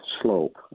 slope